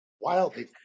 wildly